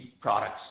products